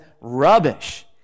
rubbish